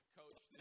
coach